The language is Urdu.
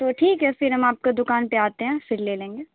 تو ٹھیک ہے پھر ہم آپ کو دکان پہ آتے ہیں پھر لے لیں گے